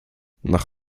nach